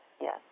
Yes